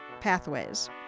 pathways